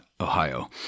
Ohio